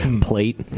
plate